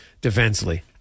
defensively